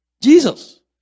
Jesus